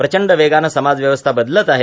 प्रचंड वेगाने समाज व्यवस्था बदलत आहे